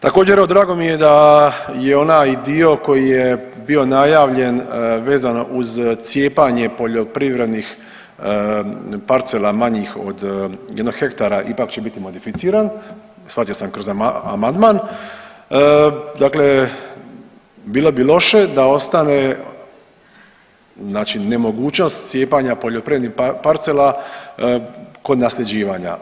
Također evo drago mi je da je onaj dio koji je bio najavljen vezano uz cijepanje poljoprivrednih parcela manjih od jednog hektara ipak će bit modificiran, shvatio sam kroz amandman, dakle bilo bi loše da ostane, znači nemogućnost cijepanja poljoprivrednih parcela kod nasljeđivanja.